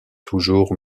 toujours